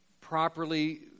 properly